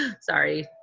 Sorry